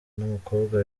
n’umukobwa